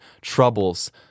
troubles